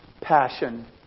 passion